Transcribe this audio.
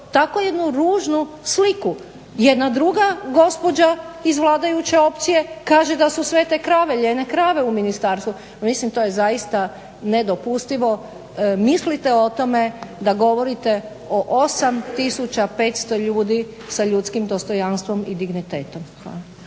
Tako jednu ružnu sliku. Jedna druga gospođa iz vladajuće opcije kaže da su sve te lijene krave u ministarstvu. Mislim to je zaista nedopustivo. Mislite o tome da govorite o 8500 ljudi sa ljudskim dostojanstvom i dignitetom.